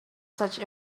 such